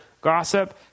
gossip